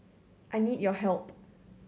I need your help